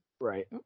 Right